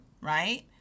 right